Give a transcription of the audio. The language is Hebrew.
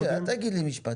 משה אל תגיד לי משפט כזה.